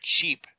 cheap